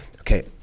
Okay